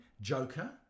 Joker